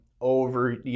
over